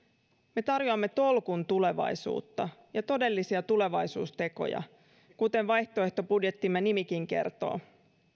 me tarjoamme tolkun tulevaisuutta ja todellisia tulevaisuustekoja kuten vaihtoehtobudjettimme nimikin kertoo